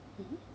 mmhmm